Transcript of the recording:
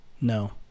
No